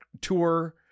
Tour